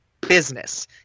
business